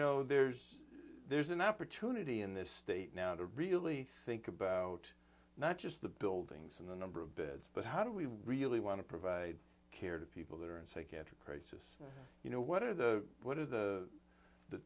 know there's there's an opportunity in this state now to really think about not just the buildings and the number of beds but how do we really want to provide care to people that are in psychiatric crisis you know what are the what are the